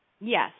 Yes